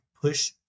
push